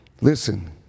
listen